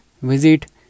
visit